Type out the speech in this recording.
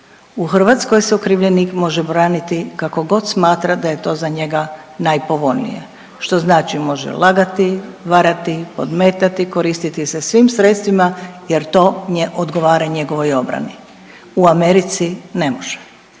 u Hrvatskoj se okrivljenik može braniti kako god smatra kako je to za njega najpovoljnije, što znači može lagati, varati, podmetati, koristiti se svim sredstvima jer to odgovara njegovoj obrani, u Americi ne može